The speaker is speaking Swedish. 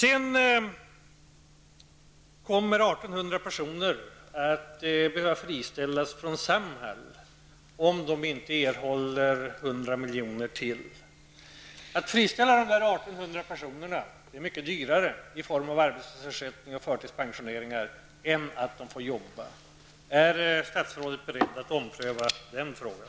1 800 personer kommer att behöva friställas från Det är dyrare att friställa dessa 1 800 personer i form av utbetalningar av arbetslöshetsersättning och förtidspensioneringar än att de får arbeten. Är statsrådet beredd att ompröva den frågan?